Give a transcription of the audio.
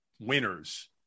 winners